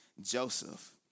Joseph